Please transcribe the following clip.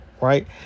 Right